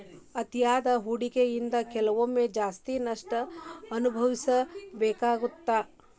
ಅತಿಯಾದ ಹೂಡಕಿಯಿಂದ ಕೆಲವೊಮ್ಮೆ ಜಾಸ್ತಿ ನಷ್ಟ ಅನಭವಿಸಬೇಕಾಗತ್ತಾ